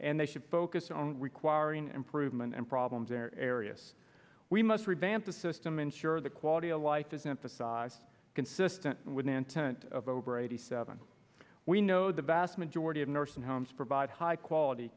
and they should focus on requiring improvement and problems in our areas we must revamp the system ensure the quality of life isn't the size consistent with intent of over eighty seven we know the vast majority of nursing homes provide high quality